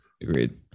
Agreed